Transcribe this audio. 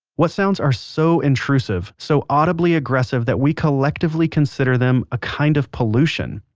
what sounds are so intrusive, so audibly aggressive that we collectively consider them a kind of pollution?